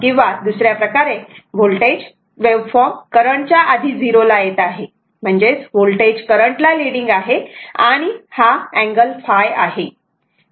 किंवा दुसर्या प्रकारे होल्टेज वेव्हफॉर्म करंटच्या आधी 0 ला येत आहे म्हणजेच होल्टेज करंट ला लीडिंग आहे आणि हा अँगल ϕ आहे